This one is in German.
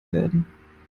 werden